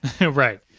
Right